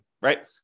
right